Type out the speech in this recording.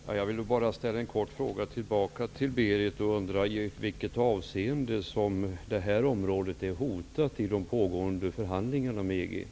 Herr talman! Jag vill bara ställa en kort fråga tillbaka till Berit Löfstedt: I vilket avseende är detta område hotat i de pågående förhandlingarna med EG?